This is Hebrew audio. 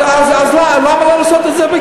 אז למה לא לעשות את זה?